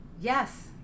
Yes